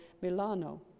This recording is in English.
Milano